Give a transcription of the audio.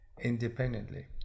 independently